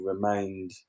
remained